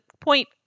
point